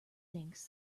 thinks